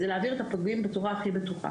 היא להעביר את הפגים בצורה הכי בטוחה.